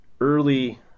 early